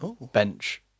bench